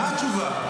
מה התשובה, אדוני?